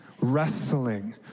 Wrestling